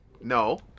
No